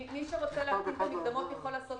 מי שרוצה להקטין את המקדמות יכול לעשות